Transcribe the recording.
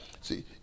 See